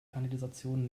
kanalisation